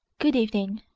good evening.